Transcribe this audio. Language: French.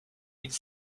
mille